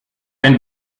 ein